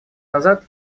назад